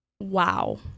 Wow